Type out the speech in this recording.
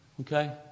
Okay